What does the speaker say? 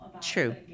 True